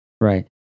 Right